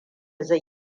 zai